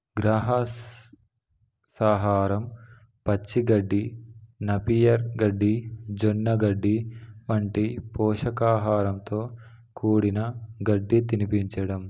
గ్రహస్త్సాహారం పచ్చిగడ్డి నపియర్ గడ్డి జొన్నగడ్డి వంటి పోషకాహారంతో కూడిన గడ్డి తినిపించడం